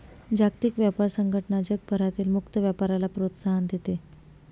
जागतिक व्यापार संघटना जगभरातील मुक्त व्यापाराला प्रोत्साहन देते